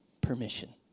permission